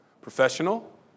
professional